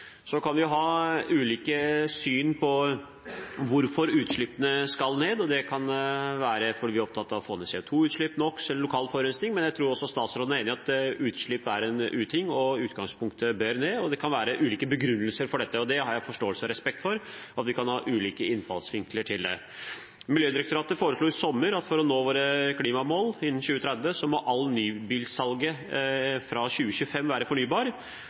Så kan vi ha ulike syn på hvorfor utslippene skal ned. Det kan være fordi vi er opptatt av å få ned CO2-utslipp, NOx eller lokal forurensing. Men jeg tror statsråden er enig i at utslipp er en uting og i utgangspunktet bør ned. Det kan være ulike begrunnelser for dette. Det har jeg forståelse og respekt for – at vi kan ha ulike innfallsvinkler til det. Miljødirektoratet foreslo i sommer at for å nå våre klimamål innen 2030 må alt nybilsalget fra 2025 være